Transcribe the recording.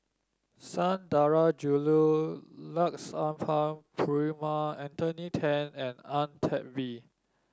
Sundarajulu Lakshmana Perumal Anthony Then and Ang Teck Bee